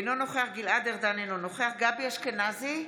אינו נוכח גלעד ארדן, אינו נוכח גבי אשכנזי,